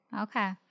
Okay